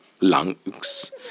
lungs